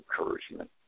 encouragement